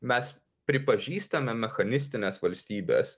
mes pripažįstame mechanistines valstybes